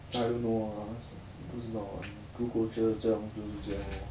I don't know ah 不知道如果觉得这样就是这样 lor